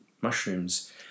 mushrooms